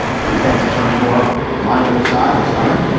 which is a fancy term for lying on your side or stomach.